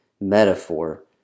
metaphor